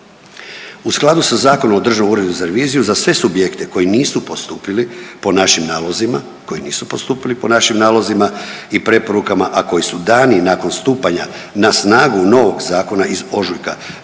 U skladu sa Zakonom o Državnom uredu za reviziju za sve subjekte koji nisu postupili po našim nalozima, koji nisu postupili po našim nalozima i preporukama, a koji su dani nakon stupanja na snagu novog zakona iz ožujka